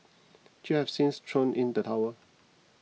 chew has since thrown in the towel